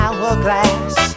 hourglass